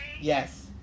Yes